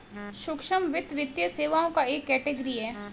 सूक्ष्म वित्त, वित्तीय सेवाओं का एक कैटेगरी है